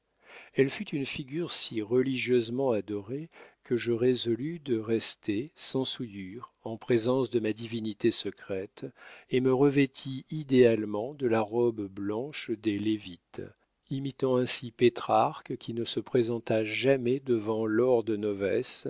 elle fut une figure si religieusement adorée que je résolus de rester sans souillure en présence de ma divinité secrète et me revêtis idéalement de la robe blanche des lévites imitant ainsi pétrarque qui ne se présenta jamais devant laure